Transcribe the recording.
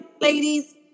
ladies